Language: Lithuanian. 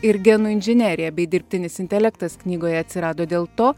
ir genų inžinerija bei dirbtinis intelektas knygoje atsirado dėl to